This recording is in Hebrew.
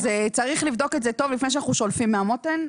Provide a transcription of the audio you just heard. צריך לבדוק את זה טוב לפני שאנחנו שולפים מהמותן.